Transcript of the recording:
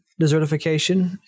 desertification